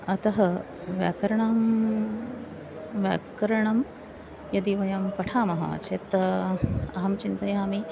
अतः व्याकरणं व्याकरणं यदि वयं पठामः चेत् अहं चिन्तयामि